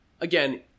again